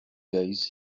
days